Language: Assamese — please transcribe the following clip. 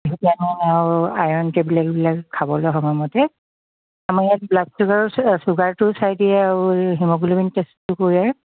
ভিটামিন আৰু আইৰণ টেবলেটবিলাক খাবলৈ সময়মতে আমাৰ ইয়াত ব্লাড চুগাৰ চুগাৰটো চাই দিয়ে আৰু হিমগ্ল'বিন টেষ্টটো কৰে